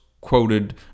quoted